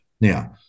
Now